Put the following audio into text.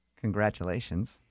Congratulations